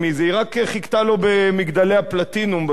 היא רק חיכתה לו ב"מגדלי הפלטינום" בשבועות